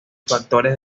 factores